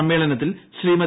സമ്മേളനത്തിൽ ശ്രീമതി